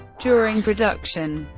during production,